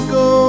go